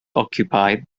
occupied